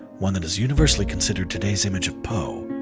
one that is universally considered today's image of poe.